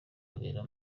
abera